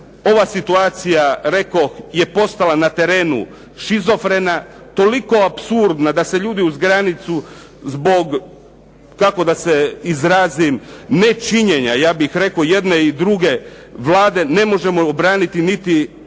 Ova situacija, rekoh, je postala na terenu shizofrena, toliko apsurdna da se ljudi uz granicu zbog nečinjenja, ja bih rekao, jedne i druge Vlade ne možemo obraniti niti,